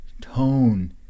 tone